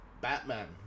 Batman